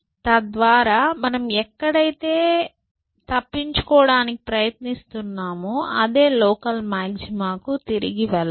తద్వారా మనం ఎక్కడైతే తప్పించుకోవడానికి ప్రయత్నిస్తున్నమో అదే లోకల్ మాగ్జిమాకు తిరిగి వెళ్లము